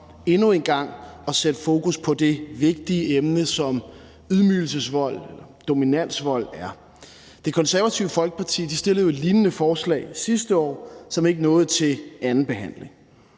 endnu en gang at sætte fokus på det vigtige emne, som ydmygelsesvold og dominansvold er. Det Konservative Folkeparti fremsatte jo et lignende forslag sidste år, som ikke nåede til andenbehandlingen.